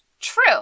True